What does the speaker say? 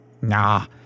Nah